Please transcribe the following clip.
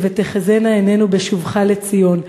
של "ותחזינה עינינו בשובך לציון",